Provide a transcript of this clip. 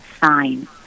sign